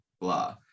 Blah